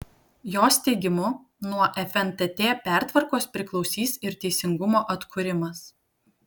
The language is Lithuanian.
jos teigimu nuo fntt pertvarkos priklausys ir teisingumo atkūrimas